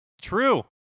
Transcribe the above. True